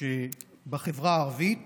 שבחברה הערבית